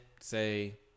say